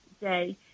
day